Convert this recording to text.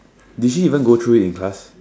did she even go through it in class